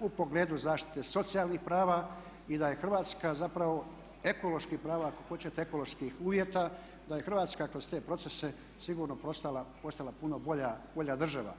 u pogledu zaštite socijalnih prava i da je Hrvatska zapravo ekološki prvak ako hoćete ekoloških uvjeta, da je Hrvatska kroz te procese sigurno postala puno bolja država.